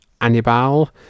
Anibal